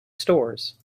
stores